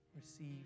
receive